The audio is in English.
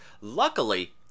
Luckily